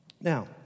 Now